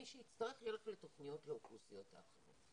מי שיצטרך, יהיו לו תוכניות לאוכלוסיות אחרות.